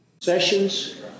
Sessions